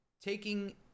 Taking